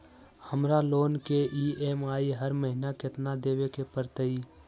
हमरा लोन के ई.एम.आई हर महिना केतना देबे के परतई?